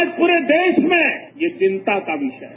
आज पूरे देश में ये चिंता का विषय है